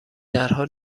درها